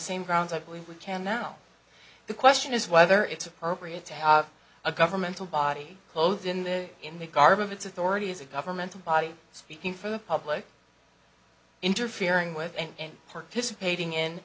same grounds i believe we can now the question is whether it's appropriate to have a governmental body clothed in the in the garb of its authority as a governmental body speaking for the public interfering with and participating in